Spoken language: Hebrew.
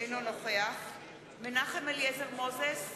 אינו נוכח מנחם אליעזר מוזס,